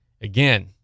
Again